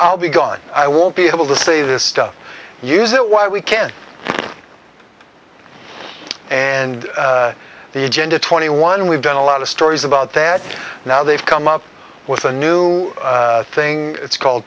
i'll be gone i won't be able to say this stuff use it why we can't and the agenda twenty one we've done a lot of stories about there now they've come up with a new thing it's called